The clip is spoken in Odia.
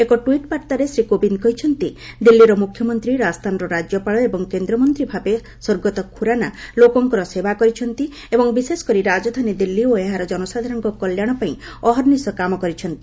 ଏକ ଟ୍ୱିଟ୍ ବାର୍ତ୍ତାରେ ଶ୍ରୀ କୋବିନ୍ଦ୍ କହିଛନ୍ତି ଦିଲ୍ଲୀର ମୁଖ୍ୟମନ୍ତ୍ରୀ ରାଜସ୍ଥାନର ରାଜ୍ୟପାଳ ଏବଂ କେନ୍ଦ୍ରମନ୍ତ୍ରୀ ଭାବେ ସ୍ୱର୍ଗତ ଖୁରାନା ଲୋକଙ୍କର ସେବା କରିଛନ୍ତି ଏବଂ ବିଶେଷକରି ରାଜଧାନୀ ଦିଲ୍ଲୀ ଓ ଏହାର ଜନସାଧାରଣଙ୍କ କଲ୍ୟାଣପାଇଁ ଅହର୍ନିଶ କାମ କରିଛନ୍ତି